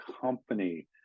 company